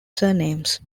surnames